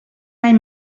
any